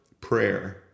prayer